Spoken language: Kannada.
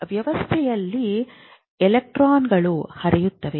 ವ್ಯವಸ್ಥೆಯಲ್ಲಿ ಎಲೆಕ್ಟ್ರಾನ್ಗಳು ಹರಿಯುತ್ತವೆ